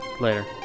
later